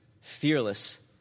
fearless